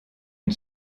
une